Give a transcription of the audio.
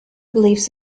beliefs